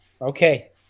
okay